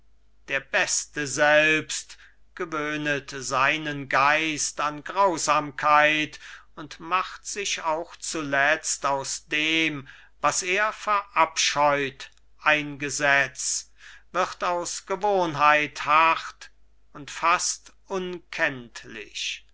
der beste selbst gewöhnet seinen geist an grausamkeit und macht sich auch zuletzt aus dem was er verabscheut ein gesetz wird aus gewohnheit hart und fast unkenntlich